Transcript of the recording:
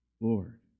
Lord